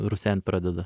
rusent pradeda